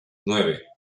nueve